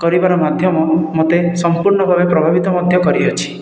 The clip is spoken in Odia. କରିବାର ମାଧ୍ୟମ ମୋତେ ସମ୍ପୂର୍ଣ୍ଣ ଭାବରେ ପ୍ରଭାବିତ ମଧ୍ୟ କରିଅଛି